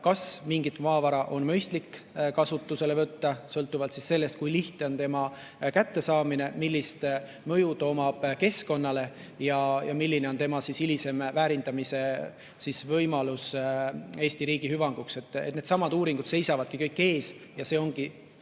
kas mingit maavara on mõistlik kasutusele võtta, sõltuvalt sellest, kui lihtne on tema kättesaamine, millist mõju ta avaldab keskkonnale ja milline on tema hilisem väärindamise võimalus Eesti riigi hüvanguks. Needsamad uuringud seisavadki ees ja see ongi